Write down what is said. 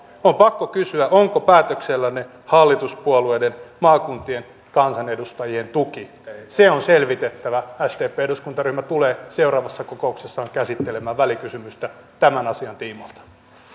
on pakko kysyä onko päätöksellänne hallituspuolueiden maakuntien kansanedustajien tuki se on selvitettävä sdpn eduskuntaryhmä tulee seuraavassa kokouksessaan käsittelemään välikysymystä tämän asian tiimoilta